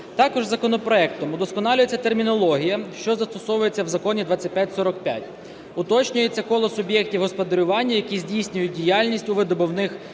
Також законопроектом удосконалюється термінологія, що застосовується в Законі 2545, уточнюється коло суб'єктів господарювання, які здійснюють діяльність у видобувних галузях